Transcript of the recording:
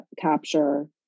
capture